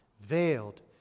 veiled